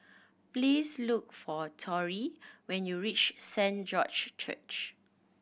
please look for Torry when you reach Saint George Church